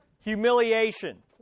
Humiliation